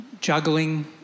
juggling